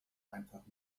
einfach